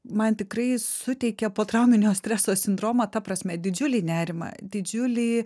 man tikrai suteikė potrauminio streso sindromą ta prasme didžiulį nerimą didžiulį